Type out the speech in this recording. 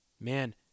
man